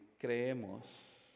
creemos